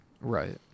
Right